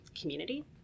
community